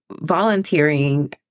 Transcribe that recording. volunteering